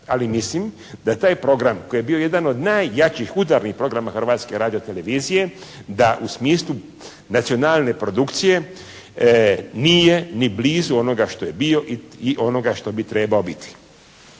Ali mislim da taj program koji je bio jedan od najjačih udarnih programa Hrvatske radiotelevizije da u smislu nacionalne produkcije nije ni blizu onoga što je bio i onoga što bi trebao biti.